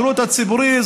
השירות הציבורי,